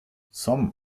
some